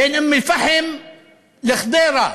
בין אום-אלפחם לחדרה,